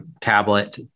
tablet